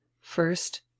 first